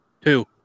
two